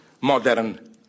modern